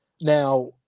Now